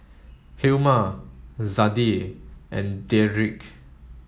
Hilma Zadie and Dedric